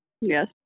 Yes